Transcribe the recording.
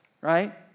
right